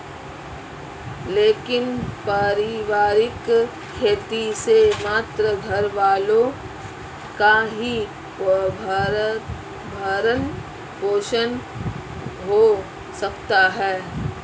लेकिन पारिवारिक खेती से मात्र घरवालों का ही भरण पोषण हो सकता है